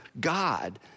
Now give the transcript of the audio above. God